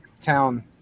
town